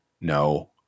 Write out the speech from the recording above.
no